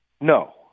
No